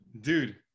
dude